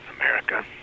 America